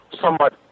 somewhat